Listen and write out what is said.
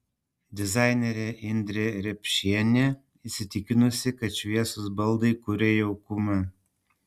dizainerė indrė riepšienė įsitikinusi kad šviesūs baldai kuria jaukumą